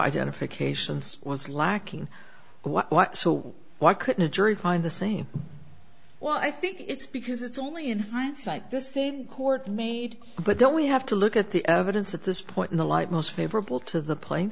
identifications was lacking what so why couldn't a jury find the same well i think it's because it's only in hindsight the same court made but don't we have to look at the evidence at this point in the light most favorable to the pla